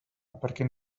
perquè